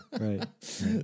Right